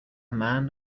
man